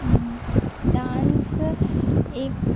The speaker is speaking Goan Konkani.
डांस एक